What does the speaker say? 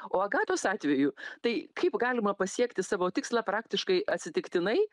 o agatos atveju tai kaip galima pasiekti savo tikslą praktiškai atsitiktinai